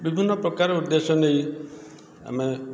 ବିଭିନ୍ନପ୍ରକାର ଉଦ୍ଦେଶ୍ୟ ନେଇ ଆମେ